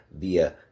Via